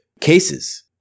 cases